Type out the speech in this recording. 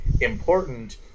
important